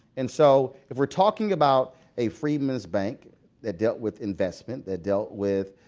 and so if we're talking about a freedman's bank that dealt with investment, that dealt with